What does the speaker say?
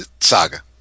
saga